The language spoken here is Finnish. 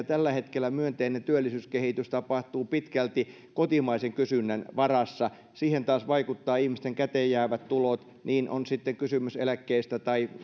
tällä hetkellä myönteinen työllisyyskehitys tapahtuu pitkälti kotimaisen kysynnän varassa siihen taas vaikuttavat ihmisten käteen jäävät tulot on sitten kysymys eläkkeestä tai